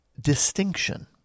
distinction